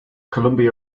columbia